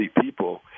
people